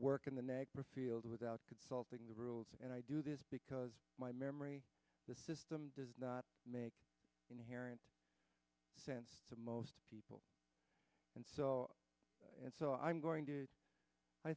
work in the negra field without consulting the rules and i do this because my memory the system does not make inherent sense to most people and so and so i'm going to i